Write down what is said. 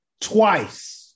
twice